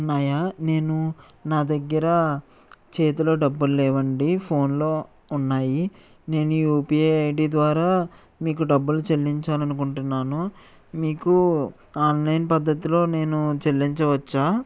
ఉన్నాయా నేను నా దగ్గర చేతిలో డబ్బులు లేవండి ఫోన్లో ఉన్నాయి నేను యూపీఐ ఐడీ ద్వారా మీకు డబ్బులు చెల్లించాలనుకుంటున్నాను మీకు ఆన్లైన్ పద్ధతిలో నేను చెల్లించవచ్చా